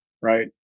Right